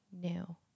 new